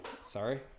Sorry